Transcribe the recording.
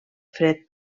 fred